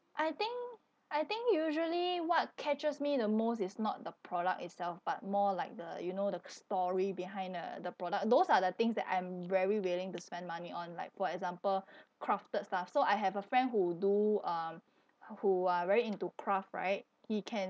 I think I think usually what catches me the most is not the product itself but more like the you know the s~ story behind uh the product those are the things that I'm very willing to spend money on like for example crafted stuff so I have a friend who do um wh~ who are very into craft right he can